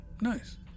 Nice